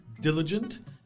Diligent